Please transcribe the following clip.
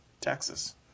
Texas